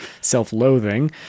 self-loathing